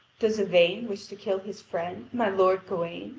does yvain wish to kill his friend, my lord gawain?